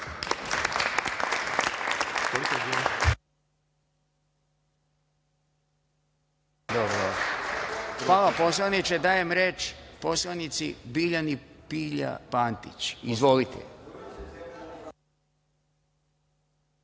Hvala, poslaniče. Dajem reč poslanici Biljani Pilja Pantić. Izvolite.